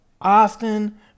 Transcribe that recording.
Austin